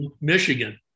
Michigan